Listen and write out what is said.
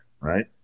right